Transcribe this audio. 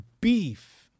beef